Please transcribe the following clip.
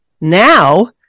Now